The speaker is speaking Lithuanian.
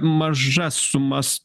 mažas sumas